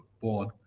born